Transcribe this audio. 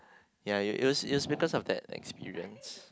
ya it was it was because of that experience